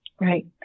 Right